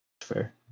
Fair